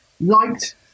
liked